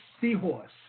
seahorse